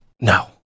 No